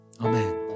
Amen